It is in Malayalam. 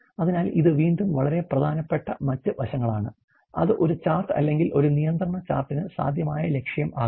അതിനാൽ ഇത് വീണ്ടും വളരെ പ്രധാനപ്പെട്ട മറ്റ് വശങ്ങളാണ് അത് ഒരു ചാർട്ട് അല്ലെങ്കിൽ ഒരു നിയന്ത്രണ ചാർട്ടിന് സാധ്യമായ ലക്ഷ്യം ആകാം